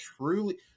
truly